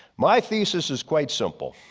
my thesis is quite simple.